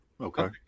Okay